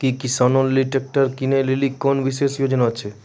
कि किसानो लेली ट्रैक्टर किनै लेली कोनो विशेष योजना छै?